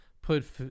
Put